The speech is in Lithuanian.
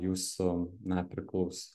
jūsų na priklaus